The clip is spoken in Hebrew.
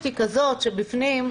המציאות היא כזאת שבפנים,